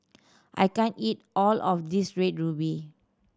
I can't eat all of this Red Ruby